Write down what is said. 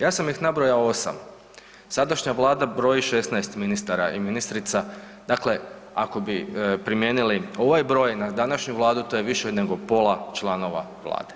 Ja sam ih nabrojao 8. Sadašnja Vlada broji 18 ministara i ministrica, dakle ako bi primijenili ovaj broj na današnju Vladu to je više nego pola članova Vlade.